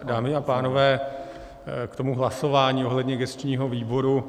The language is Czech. Dámy a pánové, k tomu hlasování ohledně gesčního výboru.